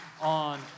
on